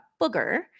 Booger